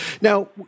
Now